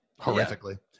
Horrifically